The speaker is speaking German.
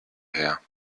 her